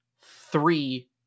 three